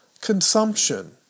consumption